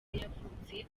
yavutse